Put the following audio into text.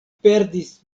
perdis